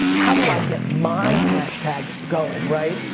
how do i get my hashtag going, right?